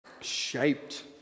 shaped